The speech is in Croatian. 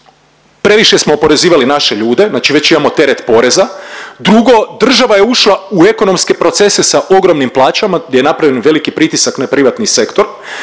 previše smo oporezivali naše ljude, znači već imamo teret poreza, drugo država je ušla u ekonomske procese sa ogromnim plaćama gdje je napravljen veliki pritisak na privatni sektor,